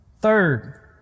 Third